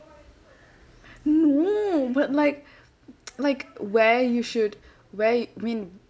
no but like like where you should where win